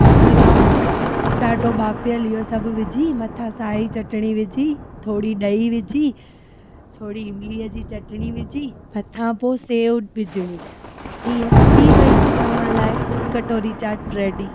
छोला potato ॿाफियलु इहे सभु विझी मथां साईं चटणी विझी थोरी ॾही विझी थोरी इमलीअ जी चटणी विझी मथां पोइ सेव विझणी ईअं थी वई तव्हां लाइ कटोरी चाट रेडी